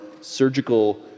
surgical